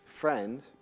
Friend